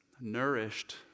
nourished